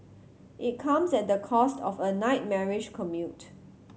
it comes at the cost of a nightmarish commute